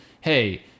Hey